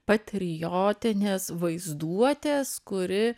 patriotinės vaizduotės kuri